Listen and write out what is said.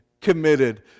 committed